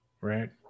right